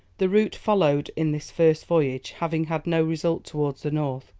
the route followed in this first voyage having had no result towards the north,